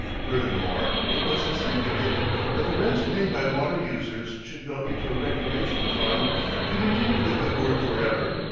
furthermore it was stipulated that the rents paid by water users should go into a reclamation fund to continue the good work forever.